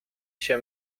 się